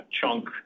chunk